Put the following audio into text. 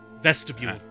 vestibule